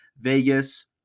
Vegas